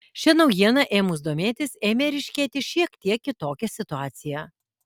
šia naujiena ėmus domėtis ėmė ryškėti šiek tiek kitokia situacija